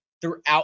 throughout